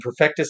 Perfectus